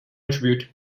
attribute